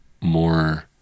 more